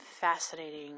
fascinating